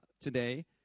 today